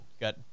got